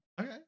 Okay